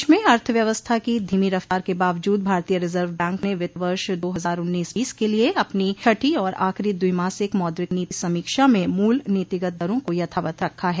देश में अर्थव्यवस्था की धीमी रफ्तार के बावजूद भारतीय रिजर्व बैंक ने वित्त वर्ष दो हज़ार उन्नीस बीस के लिए अपनी छठी और आखिरी द्विमासिक मौद्रिकनीति समीक्षा में मूल नीतिगत दरों को यथावत रखा है